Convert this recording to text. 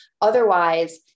Otherwise